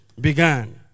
began